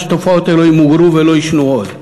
שתופעות אלו ימוגרו ולא יישנו עוד.